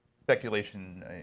speculation